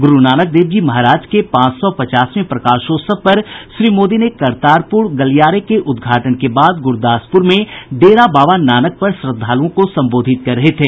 गुरू नानक देव जी महाराज के पांच सौ पचासवें प्रकाशोत्सव पर श्री मोदी आज करतारपुर गलियारे के उदघाटन के बाद गुरदासपुर में डेरा बाबा नानक पर श्रद्धालुओं को सम्बोधित कर रहे थे